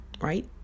right